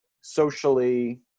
socially